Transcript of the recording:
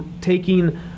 taking